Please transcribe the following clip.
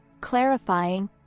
clarifying